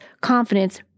confidence